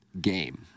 game